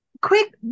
quick